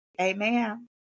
Amen